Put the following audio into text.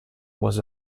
was